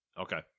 Okay